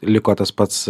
liko tas pats